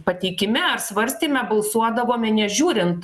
pateikime ar svarstyme balsuodavome nežiūrint